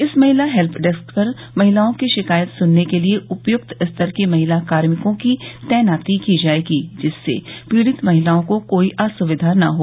इस महिला help desk पर महिलाओं की शिकायत सुनने के लिए उपयुक्त स्तर की महिला कार्मिकों की तैनाती की जायेगी जिससे पीड़ित महिलों को कोई असुविधा न हो